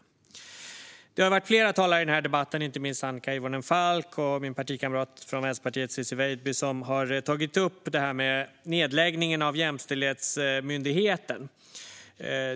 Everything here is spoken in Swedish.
Flera talare har i den här debatten, inte minst Annika Hirvonen Falk och min partikamrat Ciczie Weidby, tagit upp nedläggningen av Jämställdhetsmyndigheten.